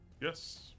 Yes